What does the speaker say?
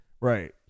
Right